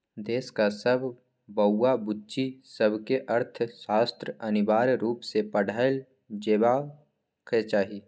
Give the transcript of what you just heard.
देशक सब बौआ बुच्ची सबकेँ अर्थशास्त्र अनिवार्य रुप सँ पढ़ाएल जेबाक चाही